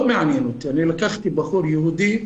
לא מעניין אותי, לקחתי בחור יהודי,